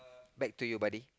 back to you buddy